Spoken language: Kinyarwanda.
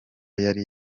yari